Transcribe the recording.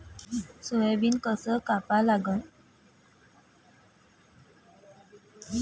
Soybean कस कापा लागन?